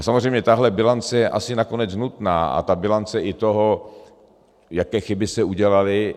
A samozřejmě tahle bilance je asi nakonec nutná, a ta bilance i toho, jaké chyby se udělaly.